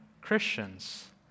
Christians